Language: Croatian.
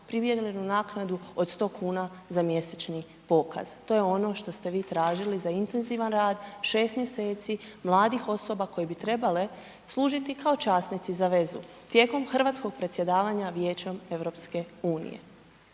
primjerenu naknadu od 100 kuna za mjesečni pokaz. To je ono što ste vi tražili za intenzivan rad, 6 mjeseci mladih osoba koje bi trebale služiti kao časnici za vezu tijekom hrvatskog predsjedavanja Vijećem EU.